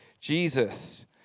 Jesus